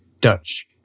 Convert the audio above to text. Dutch